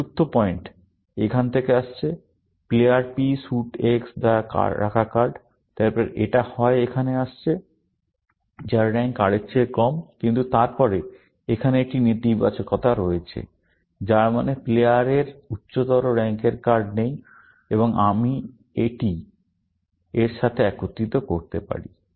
চতুর্থ প্যাটার্ন এখান থেকে আসছে প্লেয়ার P স্যুট X দ্বারা রাখা কার্ড তারপর এটা হয় এখানে আসছে যার র্যাঙ্ক R এর চেয়ে কম কিন্তু তারপরে এখানে একটি নেতিবাচকতা রয়েছে যার মানে প্লেয়ারের উচ্চতর র্যাঙ্কের কার্ড নেই এবং এটি আমি এর সাথে একত্রিত করতে পারি